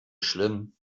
schlimm